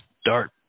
start